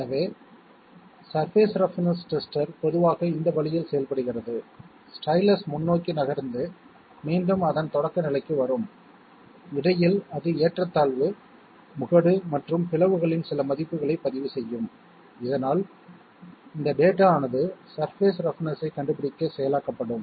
எனவே surface roughness tester பொதுவாக இந்த வழியில் செயல்படுகிறது ஸ்டைலஸ் முன்னோக்கி நகர்ந்து மீண்டும் அதன் தொடக்க நிலைக்கு வரும் இடையில் அது ஏற்ற தாழ்வு முகடு மற்றும் பிளவுகளின் சில மதிப்புகளை பதிவு செய்யும் இதனால் இந்த டேட்டா ஆனது சர்பேஸ் ரப்னஸ் ஐக் கண்டுபிடிக்க செயலாக்கப்படும்